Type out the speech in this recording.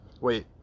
Wait